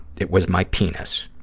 it was my penis.